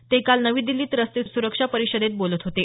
ते काल नवी दिल्लीत रस्ते सुरक्षा परिषदेत बोलत होते